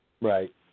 Right